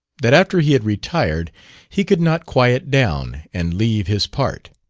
that after he had retired he could not quiet down and leave his part.